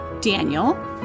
Daniel